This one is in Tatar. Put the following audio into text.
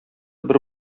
бер